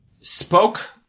spoke